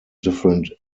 different